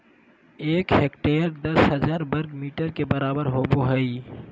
एक हेक्टेयर दस हजार वर्ग मीटर के बराबर होबो हइ